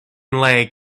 leg